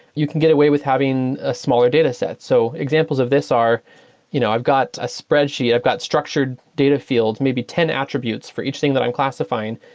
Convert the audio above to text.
you can get away with having a smaller dataset. so examples of these are you know i've got a spreadsheet, i've got structured data fields, maybe ten attributes for each thing that i'm classifying,